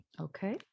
Okay